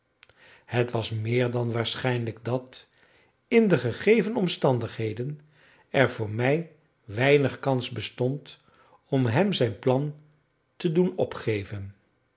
het was meer dan waarschijnlijk dat in de gegeven omstandigheden er voor mij weinig kans bestond om hem zijn plan te doen opgeven